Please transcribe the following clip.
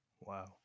wow